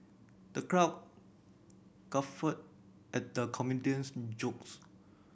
the crowd guffawed at the comedian's jokes